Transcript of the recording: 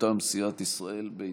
מטעם סיעת ישראל ביתנו.